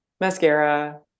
mascara